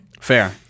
Fair